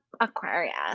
Aquarius